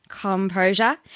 composure